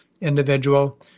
individual